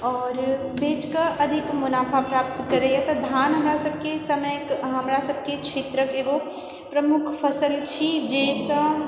और बेचि कऽ अधिक मुनाफा प्राप्त करैया धान हमरा सबकेँ समयक हमरा सबकेँ क्षेत्रक एगो प्रमुख फसल छी जाहिसँ